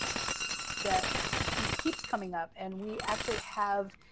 that keeps coming up, and we actually have,